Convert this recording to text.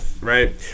right